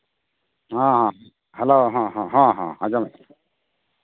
ᱦᱮᱸ ᱦᱮᱸ ᱦᱮᱞᱳ ᱦᱮᱸ ᱦᱮᱸ ᱟᱡᱚᱢᱮᱫᱟᱹᱧ